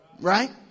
Right